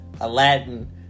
Aladdin